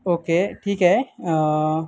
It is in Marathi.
ओके ठीक आहे